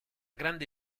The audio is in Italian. grande